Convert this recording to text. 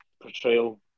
portrayal